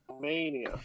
Mania